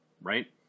right